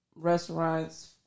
Restaurants